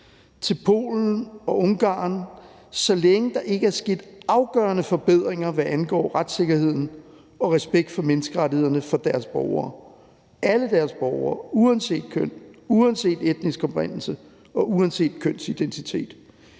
til Polen og Ungarn, så længe der ikke er sket afgørende forbedringer, hvad angår retssikkerheden og respekten for menneskerettighederne for deres borgere – alle deres borgere uanset køn, uanset etnisk oprindelse og uanset kønsidentitet.